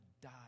die